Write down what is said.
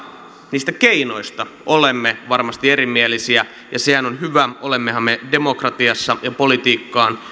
niistä keinoista olemme varmasti erimielisiä ja sehän on hyvä olemmehan me demokratiassa ja politiikkaan